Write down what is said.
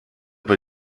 bei